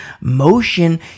motion